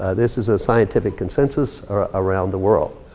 ah this is a scientific consensus around the world.